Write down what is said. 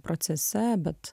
procese bet